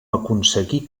aconseguí